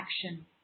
action